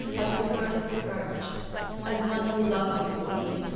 but who heard it with courage as one who loved you indeed,